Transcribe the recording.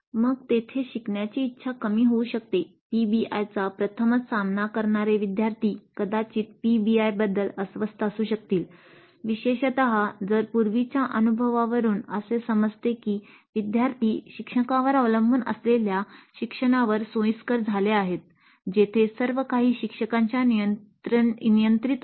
मग तेथे शिकण्याची इच्छा कमी होऊ शकते पीबीआयचा प्रथमच सामना करणारे विद्यार्थी कदाचित पीबीआयबद्धल अस्वस्थ असू शकतील विशेषत जर पूर्वीच्या अनुभवावरून असे समजते कि विद्यार्थी शिक्षकांवर अवलंबून असलेल्या शिक्षणावर सोयीस्कर झाले आहेत जेथे सर्व काही शिक्षकांच्या नियंत्रित असते